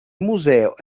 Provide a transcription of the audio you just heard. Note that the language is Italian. museo